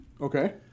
Okay